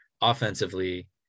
offensively